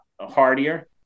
hardier